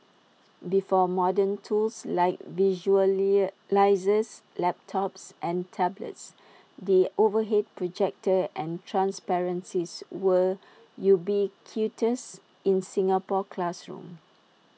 before modern tools like visual near line this laptops and tablets the overhead projector and transparencies were ubiquitous in Singapore classrooms